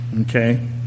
Okay